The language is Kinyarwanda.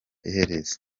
iherezo